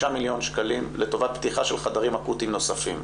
מיליון שקלים לטובת פתיחת חדרים אקוטיים נוספים.